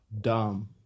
dumb